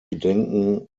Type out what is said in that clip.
gedenken